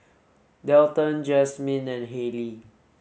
Dalton Jasmine and Hayley